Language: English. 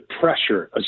pressure